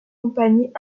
compagnies